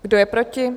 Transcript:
Kdo je proti?